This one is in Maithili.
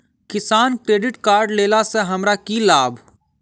किसान क्रेडिट कार्ड लेला सऽ हमरा की लाभ?